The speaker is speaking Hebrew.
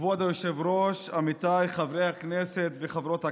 כבוד היושב-ראש, עמיתיי חברי הכנסת וחברות הכנסת.